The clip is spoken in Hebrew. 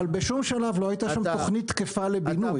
אבל בשום שלב לא הייתה שם תוכנית תקפה לבינוי.